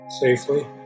safely